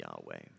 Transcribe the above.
Yahweh